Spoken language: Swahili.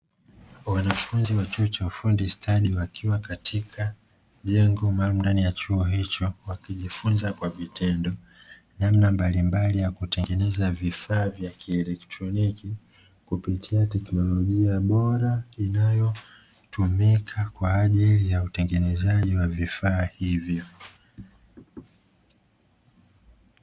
Wanafunzi wa chuo cha ufundi stadi wakiwa katika jengo maalumu ndani ya chuo hicho wakijifunza kwa vitendo namna mbalimbali ya kutengeneza vifaa vya kieletroniki kupitia teknolojia bora inayotumika kwa ajili ya utengenezaji wa vifaa hivyo.